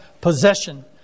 possession